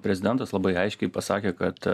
prezidentas labai aiškiai pasakė kad